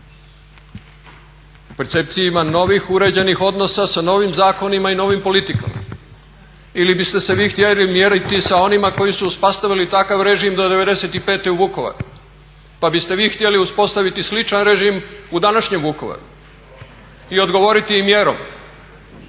percepciji ima novih uređenih odnosa sa novim zakonima i novim politikama ili biste se vi htjeli mjeriti sa onima koji su uspostavili takav režim do '95. u Vukovaru pa biste vi htjeli uspostaviti sličan režim u današnjem vukovaru i odgovoriti im mjerom.